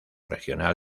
regional